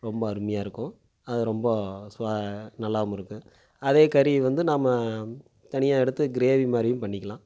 ரொம்ப அருமையாக இருக்கும் அது ரொம்ப நல்லாவுமிருக்கும் அதே கறியை வந்து நாம் தனியாக எடுத்து கிரேவி மாதிரியும் பண்ணிக்கலாம்